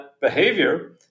behavior